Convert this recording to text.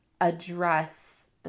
address